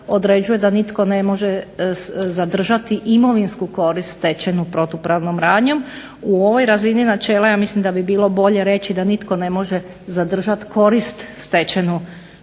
određuje da nitko ne može zadržati imovinsku korist stečenu protupravnom radnjom u ovoj razini načela ja mislim da bi bilo bolje reći da nitko ne može zadržati korist stečenu